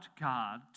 God